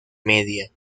media